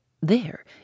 There